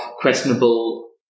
questionable